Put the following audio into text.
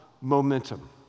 momentum